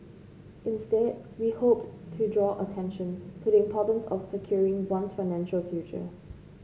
instead we hoped to draw attention to the importance of securing one's financial future